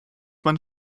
man